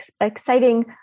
exciting